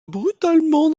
brutalement